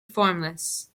formless